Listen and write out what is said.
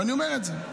ואני אומר את זה: